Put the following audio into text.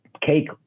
cake